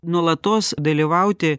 nuolatos dalyvauti